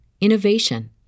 innovation